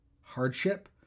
hardship